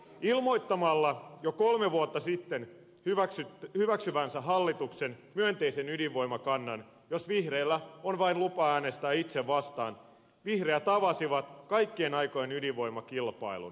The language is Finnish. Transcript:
ilmoittamalla jo kolme vuotta sitten hyväksyvänsä hallituksen myönteisen ydinvoimakannan jos vihreillä on vain lupa äänestää itse vastaan vihreät avasivat kaikkien aikojen ydinvoimakilpailun